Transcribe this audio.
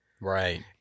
Right